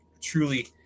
truly